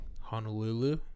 Honolulu